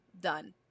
done